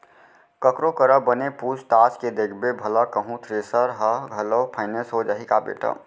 ककरो करा बने पूछ ताछ के देखबे भला कहूँ थेरेसर ह घलौ फाइनेंस हो जाही का बेटा?